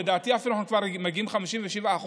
לדעתי, אנחנו אפילו מגיעים כבר ל-57%,